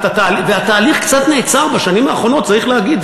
והתהליך קצת נעצר בשנים האחרונות, צריך להגיד.